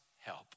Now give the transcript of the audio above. help